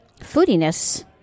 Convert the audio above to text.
Foodiness